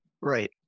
Right